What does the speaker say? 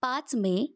पाच मे